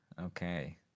Okay